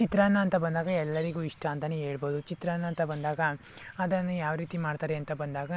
ಚಿತ್ರಾನ್ನ ಅಂತ ಬಂದಾಗ ಎಲ್ಲರಿಗೂ ಇಷ್ಟ ಅಂತಲೇ ಹೇಳ್ಬೋದು ಚಿತ್ರಾನ್ನ ಅಂತ ಬಂದಾಗ ಅದನ್ನು ಯಾವ ರೀತಿ ಮಾಡ್ತಾರೆ ಅಂತ ಬಂದಾಗ